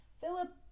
Philip